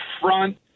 front